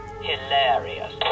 Hilarious